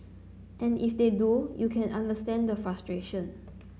and if they do you can understand the frustration